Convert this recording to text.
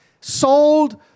sold